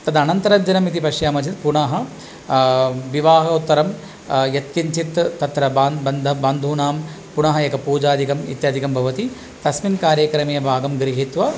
तदनन्तरदिनं यदि पश्यामः चेत् पुनः विवाहोत्तरं यत् किञ्चित् तत्र बन्धूनां पुनः एकः पूजादिकम् इत्यादिकं भवति तस्मिन् कार्यक्रमे भागं गृहीत्वा